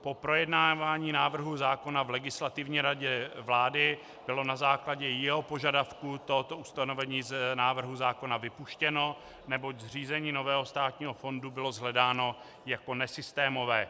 Po projednávání návrhu zákona v Legislativní radě vlády bylo na základě jeho požadavků toto ustanovení z návrhu zákona vypuštěno, neboť zřízení nového státního fondu bylo shledáno jako nesystémové.